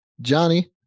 Johnny